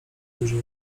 dużo